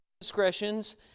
discretions